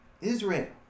Israel